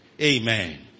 Amen